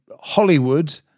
Hollywood